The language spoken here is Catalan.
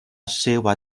seua